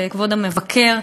כבוד המבקר,